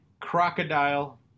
crocodile